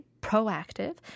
proactive